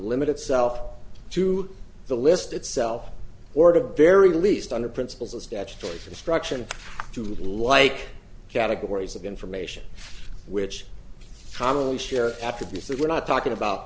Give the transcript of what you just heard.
limit itself to the list itself or to very least under principles of statutory construction to like categories of information which commonly share attributes that we're not talking about